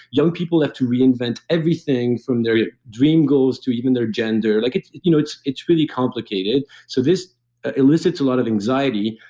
young people have to reinvent everything, from their dream goals to even their gender. like it's you know it's really complicated, so this elicits a lot of anxiety.